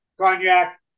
cognac